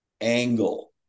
angle